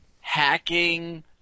hacking